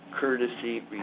courtesy